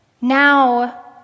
Now